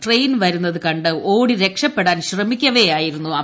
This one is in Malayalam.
ട്രെയിൻ വരുന്നത് കണ്ട് ഓടി രക്ഷപ്പെടാൻ ശ്രമിക്കവെ ആയിരുന്നു അപകടം